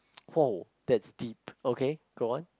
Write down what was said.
oh that's deep okay go on